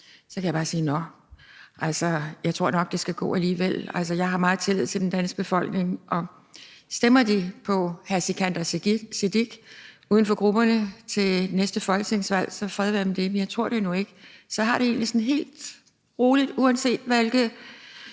Så kan jeg bare sige: Nå, altså, jeg tror nok, det skal gå alligevel. Jeg har meget tillid til den danske befolkning, og stemmer de på hr. Sikandar Siddique, uden for grupperne, til næste folketingsvalg, så fred være med det, men jeg